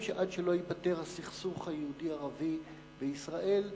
שעד שלא ייפתר הסכסוך היהודי ערבי בישראל,